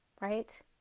Right